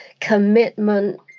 commitment